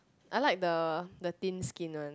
I like the the thin skin one